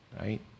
right